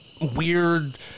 weird